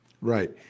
Right